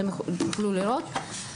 אתם תוכלו לראות.